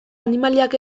animaliak